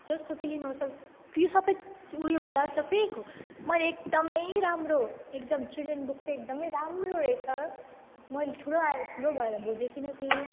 जस्तो कि लिनुहोस् अब त्यो सबै उही वाला तपाईँको मैले एकदमै राम्रो एकदम चिल्ड्रेन बुक चाहिँ एकदमै राम्रो रहेछ मैले ठुलो आयो ठुलो भएर बुझेँ किनकि